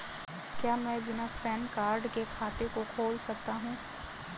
क्या मैं बिना पैन कार्ड के खाते को खोल सकता हूँ?